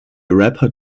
rapper